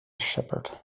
shepherd